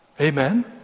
Amen